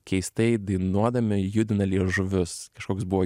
keistai dainuodami judina liežuvius kažkoks buvo